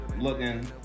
looking